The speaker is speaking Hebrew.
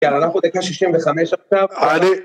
יאללה אנחנו דקה שישים וחמש עכשיו. אני..